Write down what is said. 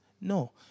No